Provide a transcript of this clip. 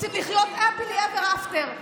רוצים לחיות Happily Ever After.